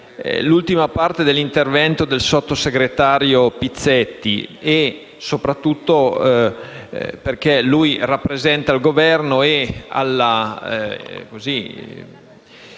l'ultima parte dell'intervento del sottosegretario Pizzetti, soprattutto perché egli rappresenta il Governo; due